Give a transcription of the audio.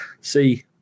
see